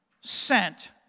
sent